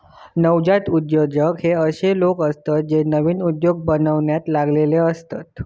नवजात उद्योजक हे अशे लोक असतत जे नवीन उद्योग बनवण्यात लागलेले असतत